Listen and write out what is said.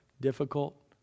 difficult